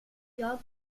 jag